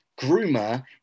groomer